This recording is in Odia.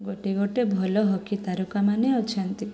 ଗୋଟେ ଗୋଟେ ଭଲ ହକି ତାରକା ମାନେ ଅଛନ୍ତି